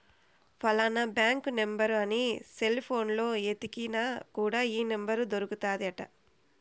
ఫలానా bank number అని cell పోనులో ఎతికిన కూడా ఈ నెంబర్ దొరుకుతాది అంట